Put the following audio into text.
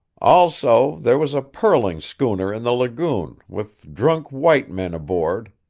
also, there was a pearling schooner in the lagoon, with drunk white men aboard.